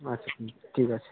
আচ্ছা হুম ঠিক আছে